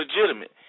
legitimate